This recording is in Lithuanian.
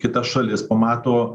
kitas šalis pamato